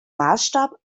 maßstab